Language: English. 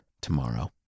tomorrow